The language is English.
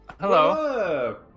hello